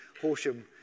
Horsham